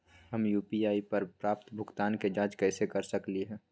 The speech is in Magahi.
हम यू.पी.आई पर प्राप्त भुगतान के जाँच कैसे कर सकली ह?